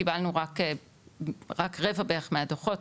קיבלנו רק רבע בערך מהדוחות,